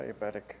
diabetic